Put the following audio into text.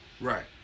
Right